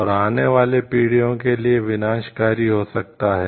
और आने वाली पीढ़ियों के लिए विनाशकारी हो सकता हैं